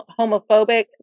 homophobic